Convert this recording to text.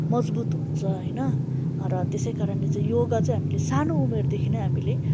मजबुत हुन्छ होइन र त्यसै कारणले चाहिँ योगा चाहिँ हामीले सानो उमेरदेखि नै हामीले